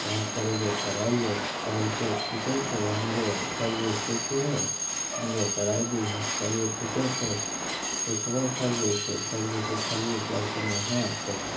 तहुँ करेबय करा ले कहलकय ठीके छै हमरो सरजीसँ पुछिहे तऽ हमरो कराय दिहे तऽ कहलियै ठीके छै पुछबै सरजी सँ सरजी पुछलियै तऽ कहलखिन हँ तब